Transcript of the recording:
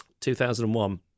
2001